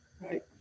Right